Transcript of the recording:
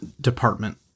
department